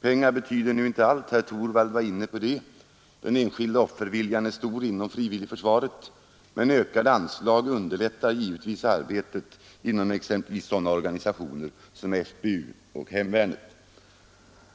Pengar betyder nu inte allt — herr Torwald var inne på det — och den enskilda offerviljan är stor inom det frivilliga försvaret, men ökade anslag underlättar givetvis arbetet inom exempelvis sådana organisationer som FBU och hemvärnet.